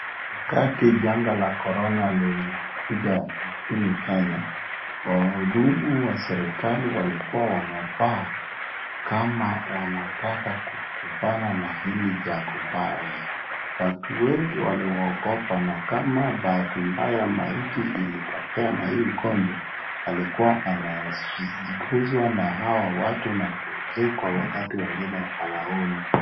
Wakati janga la korona lilikuja nchini Kenya, wahudumu wa serikali walikuwa wanavaa kama wanataka kukumbana na hili janga mbaya. Watu wengi waliuogopa na kama bahati mbaya maiti ilitokea na hii ugonjwa, alikuwa anaguzwa na hawa watu na kuzikwa wakati wengine hawaoni.